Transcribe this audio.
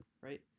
right